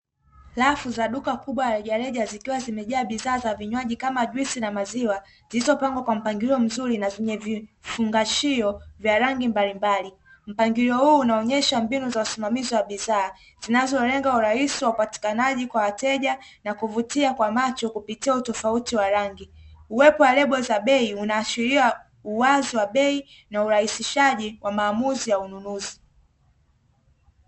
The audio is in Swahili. Rafu za duka kubwa la rejareja zikiwa zimejaa bidhaa za vinywaji kama juisi na maziwa, zilizopangwa kwa mpangilio mzuri na zenye vifungashio vya rangi mbalimbali. Mpangilio huu unaonyesha mbinu za usimamizi wa bidhaa zinazolenga urahisi wa upatikanaji kwa wateja na kuvutia kwa macho kupitia utofauti wa rangi. Uwepo wa lebo za bei unaashiria uwazi wa bei na urahisishaji wa maamuzi ya ununuzi.